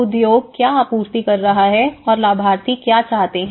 उद्योग क्या आपूर्ति कर रहा है और लाभार्थी क्या चाहते हैं